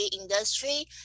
industry